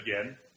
again